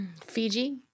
fiji